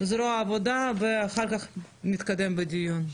זרוע העבודה ואחר כך נתקדם בדיון.